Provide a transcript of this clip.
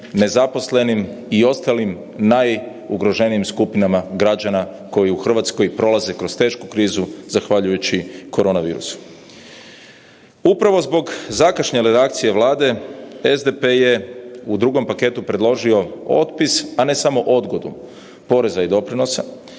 nezaposlenim i ostalim najugroženijim skupinama građana koji u Hrvatskoj prolaze kroz tešku krizu zahvaljujući korona virusu. Upravo zbog zakašnjele reakcije Vlade, SDP je u drugom paketu predložio otpis, a ne samo odgodu poreza i doprinosa